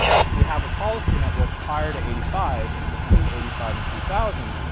if we have a policy network prior to eighty five and between eighty five and two thousand,